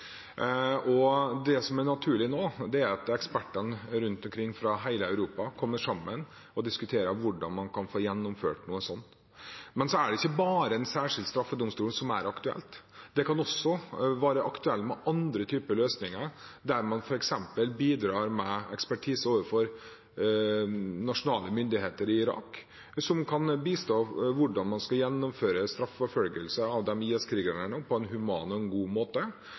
og det som er naturlig nå, er at ekspertene rundt omkring fra hele Europa kommer sammen og diskuterer hvordan man kan få gjennomført noe sånt. Men det er ikke bare en særskilt straffedomstol som er aktuelt. Det kan også være aktuelt med andre typer løsninger, der man f.eks. bidrar med ekspertise overfor nasjonale myndigheter i Irak, som kan bistå med hvordan man skal gjennomføre straffeforfølgelse av IS-krigerne på en human og god måte.